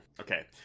Okay